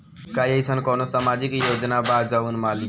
का एइसन कौनो सामाजिक योजना बा जउन बालिकाओं के लाभ पहुँचावत होखे?